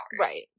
right